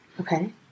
Okay